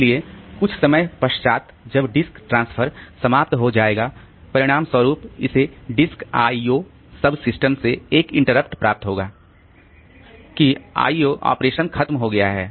इसलिए कुछ समय पश्चात जब डिस्क ट्रांसफर समाप्त हो जाएगा परिणामस्वरूप इसे डिस्क आईओ सबसिस्टमसे एक इंटरप्ट प्राप्त होगा होगा कि आईओ ऑपरेशन खत्म हो गया है